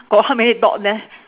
got how many dog there